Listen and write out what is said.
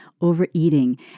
overeating